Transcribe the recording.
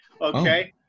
okay